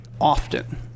often